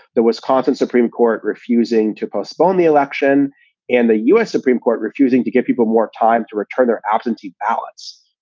the wisconsin supreme court refusing to postpone the election and the us supreme court refusing to give people more time to return their absentee ballots,